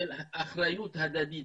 אחריות הדדית,